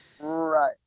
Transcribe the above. Right